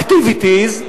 Activities.